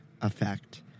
effect